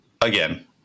again